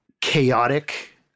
chaotic